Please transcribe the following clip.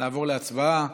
נעבור להצבעה.